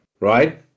right